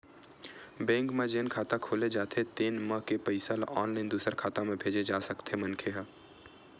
bank म जेन खाता खोले जाथे तेन म के पइसा ल ऑनलाईन दूसर खाता म भेजे जा सकथे मनखे ह